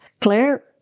Claire